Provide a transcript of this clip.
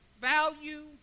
value